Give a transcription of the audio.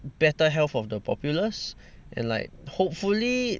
better health of the populace and like hopefully